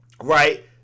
Right